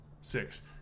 six